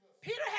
Peter